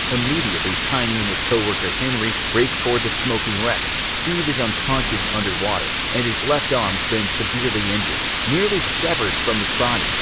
immediately, tiny and his co-worker henry race towards the smoking wreck. steve's unconscious, underwater and his left arm's been severely injured, nearly severed from his body.